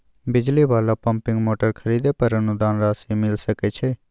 बिजली वाला pumping motor खरीदे पर अनुदान राशि मिल सके छैय?